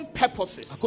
purposes